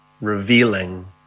revealing